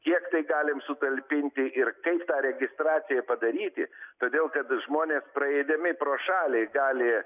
kiek tai galim sutalpinti ir kaip tą registraciją padaryti todėl kad žmonės praeidami pro šalį gali